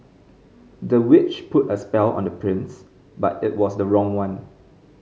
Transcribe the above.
the witch put a spell on the prince but it was the wrong one